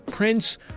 Prince